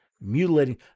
mutilating